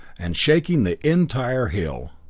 and shaking the entire hill.